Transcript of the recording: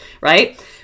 Right